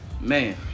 Man